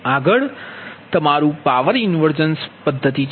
આગળ તમારું પાવર ઇન્વર્જન્સ છે